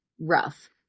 rough